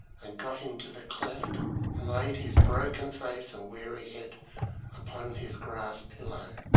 and got into the cleft and laid his broken face and weary head upon his grass pillow.